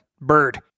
Bird